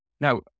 Now